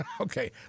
Okay